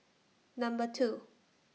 Number two